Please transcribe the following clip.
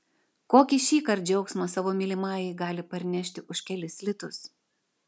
kokį šįkart džiaugsmą savo mylimajai gali parnešti už kelis litus